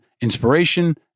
inspiration